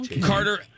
Carter